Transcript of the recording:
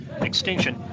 extinction